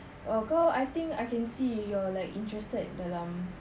uh kau I think I can see you're like interested dalam